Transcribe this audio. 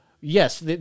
yes